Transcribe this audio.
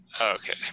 Okay